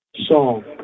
song